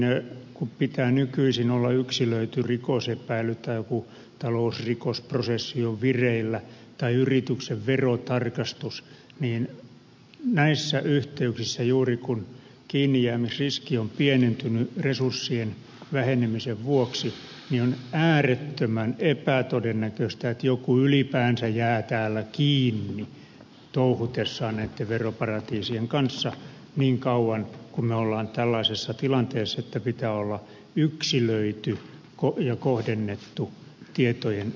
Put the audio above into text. kun pitää nykyisin olla yksilöity rikosepäily tai jonkin talousrikosprosessin täytyy olla vireillä tai yrityksen verotarkastuksen niin näissä yhteyksissä juuri kun kiinnijäämisriski on pienentynyt resurssien vähenemisen vuoksi on äärettömän epätodennäköistä että joku ylipäänsä jää täällä kiinni touhutessaan näitten veroparatiisien kanssa niin kauan kun me olemme tällaisessa tilanteessa että pitää olla yksilöity ja kohdennettu tietojensaantipyyntö